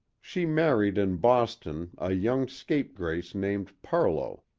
she married in boston a young scapegrace named parlow,